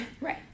Right